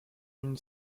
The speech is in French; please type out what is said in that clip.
une